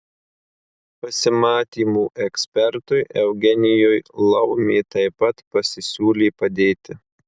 pasimatymų ekspertui eugenijui laumė taip pat pasisiūlė padėti